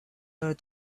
her